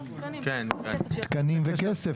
תקנים וכסף.